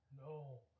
No